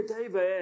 David